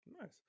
Nice